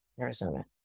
Arizona